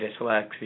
dyslexia